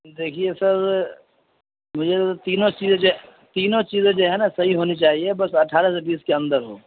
دیکھیے سر مجھے تینوں چیزیں تینوں چیزیں جو ہیں نا صحیح ہونی چاہیے بس اٹھارہ سے بیس کے اندر ہو